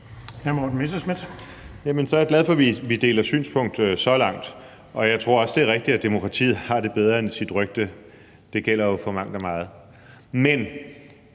jeg er glad for, vi deler synspunkt så langt, og jeg tror også, at det er rigtigt, at demokratiet har det bedre end sit rygte. Det gælder jo for mangt og meget. Men